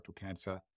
cancer